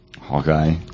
Hawkeye